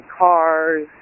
cars